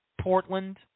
Portland